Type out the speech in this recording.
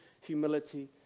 humility